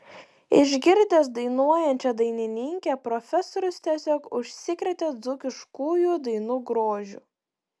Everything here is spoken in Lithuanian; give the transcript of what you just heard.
išgirdęs dainuojančią dainininkę profesorius tiesiog užsikrėtė dzūkiškųjų dainų grožiu